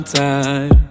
time